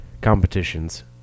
competitions